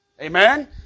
Amen